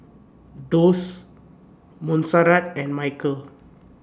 Doss Monserrat and Michal